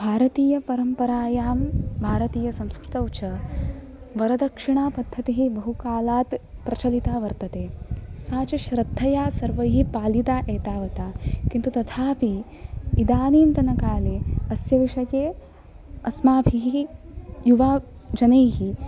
भारतीयपरम्परायां भारतीयसंस्कृतौ च वरदक्षिणापद्धतिः बहुकालात् प्रचलिता वर्तते सा च श्रद्धया सर्वैः पालिता एतावता किन्तु तथापि इदानीन्तन काले अस्य विषये अस्माभिः युवजनैः